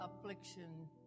affliction